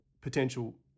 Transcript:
potential